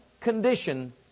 condition